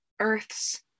earth's